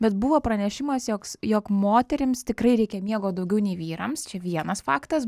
bet buvo pranešimas joks jog moterims tikrai reikia miego daugiau nei vyrams čia vienas faktas